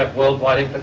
ah worldwide ah